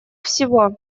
всего